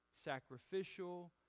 sacrificial